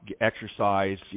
exercise